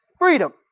freedom